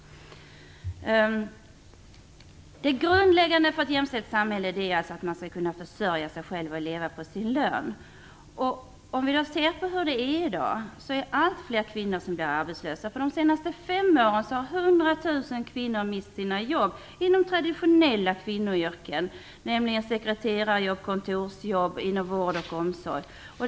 Det grundläggande för ett jämställt samhälle är alltså att man skall kunna försörja sig själv och leva på sin lön. I dag blir allt fler kvinnor arbetslösa. På de senaste fem åren har 100 000 kvinnor mist sina jobb, inom traditionella kvinnoyrken, nämligen sekreterare, jobb på kontor, inom vård och omsorg.